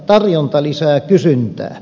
tarjonta lisää kysyntää